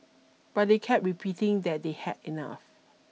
but they kept repeating that they had enough